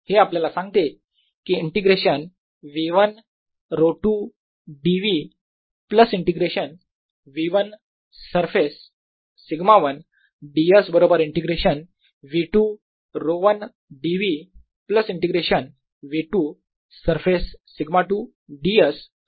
हे आपल्याला सांगते कि integration V1 ρ2 dV plus integration V1 surface σ1 ds बरोबर integration V2 ρ1 dv plus integration V2 surface σ2 ds ρ2 आहे 0